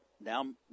now